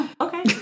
Okay